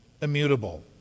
immutable